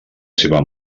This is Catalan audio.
seva